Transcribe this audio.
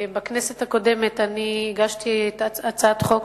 בכנסת הקודמת הגשתי הצעת חוק,